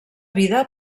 vida